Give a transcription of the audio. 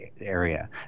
area